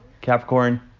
Capricorn